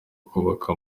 kubaka